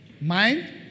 mind